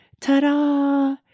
ta-da